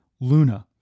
Luna